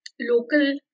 local